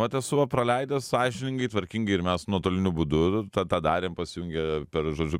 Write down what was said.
vat esu va praleidęs sąžiningai tvarkingai ir mes nuotoliniu būdu tą tą darėm pasijungę per žodžiu